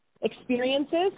experiences